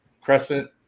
Crescent